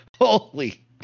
holy